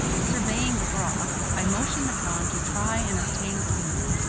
surveying the broth, i motion the khan to try and obtain a spoon.